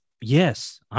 yes